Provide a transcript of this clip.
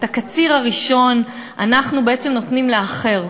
את הקציר הראשון אנחנו בעצם נותנים לאחר,